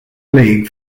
league